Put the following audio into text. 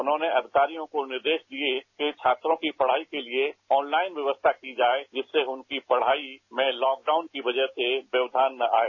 उन्होंने अधिकारियों को निर्देश दिए कि छात्रों की पढ़ाई के लिए ऑनलाइन व्यवस्था की जाए जिससे उनकी पढ़ाई में लॉक डाउन की बजह से व्यवधान न आए